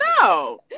no